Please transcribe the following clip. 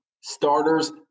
Starters